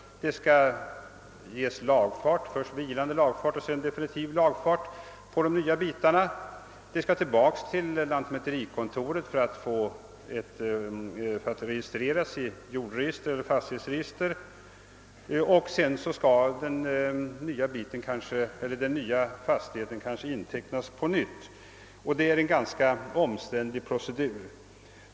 Det skall lämnas lagfart på de nya fastigheterna, först vilande och sedan definitiv. Sedan skall ärendet tillbaka till lantmäterikontoret för registrering i jordeller fastighetsregister. Därefter skall kanske den nya fastigheten intecknas på nytt. Det är alltså fråga om en ganska omständlig procedur.